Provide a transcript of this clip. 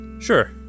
sure